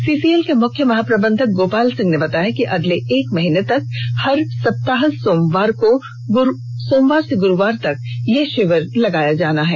CCL के मुख्य महाप्रबंधक गोपाल सिंह ने बताया कि अगले एक महीने तक हर सप्ताह सोमवार से गुरुवार तक यह शिविर लगाया जाएगा